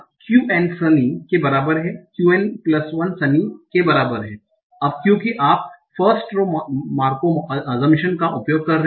qn सनी के बराबर हैं qn1 सनी के बराबर हैं qn1 सनी के बराबर है अब क्योंकि आप फ़र्स्ट रो मार्कोव अजंप्शन का उपयोग कर रहे हैं